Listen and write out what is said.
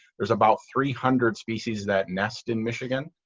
there's about three hundred species that nest in michigan.